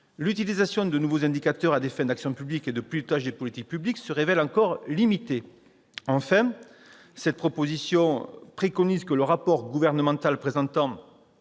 l'utilisation des nouveaux indicateurs à des fins d'action publique ou de pilotage des politiques publiques se révèle encore limitée. Enfin, les auteurs de la proposition de loi préconisent que le rapport gouvernemental présentant